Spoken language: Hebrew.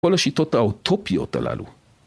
כל השיטות האוטופיות הללו.